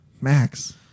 Max